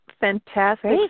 Fantastic